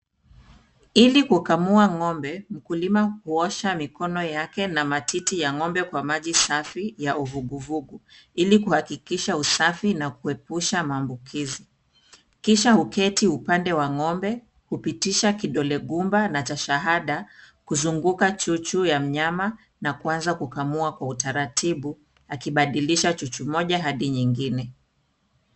Ili kukamua ng'ombe mkulima huosha mikono yake na matiti ya ng'ombe kwa maji safi ya uvuguvugu ili kuhakikisha usafi na kuepusha maambukizi kisha huketi upande wa ng'ombe, hupitisha kidole gumba na cha shahada kuzunguka chuchu ya mnyama na kuanza kukamua kwa utaratibu akibadilisha chuchu moja hadi nyingine.